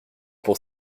pour